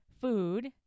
food